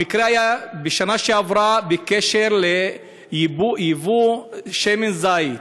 המקרה היה בשנה שעברה ביבוא שמן זית.